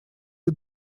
для